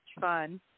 Fun